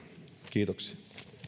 kiitoksia